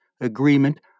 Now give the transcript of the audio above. agreement